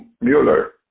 Mueller